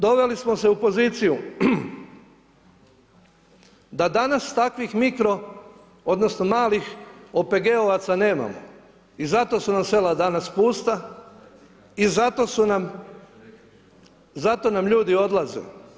Doveli smo se u poziciju da danas takvih mikro odnosno malih OPG-ovaca nemamo i zato su nam sela danas pusta i zato nam ljudi odlaze.